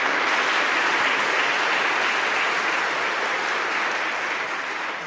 are